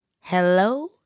Hello